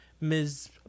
Ms